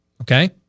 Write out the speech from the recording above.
Okay